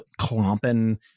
clomping